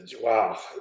wow